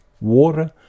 water